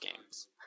games